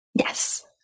Yes